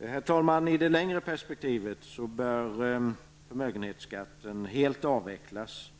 Herr talman! I det längre perspektivet bör förmögenhetsskatten helt avvecklas.